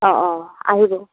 অ' অ' আহিব